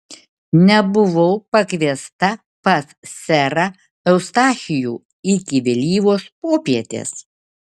nebuvau pakviesta pas serą eustachijų iki vėlyvos popietės